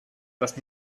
das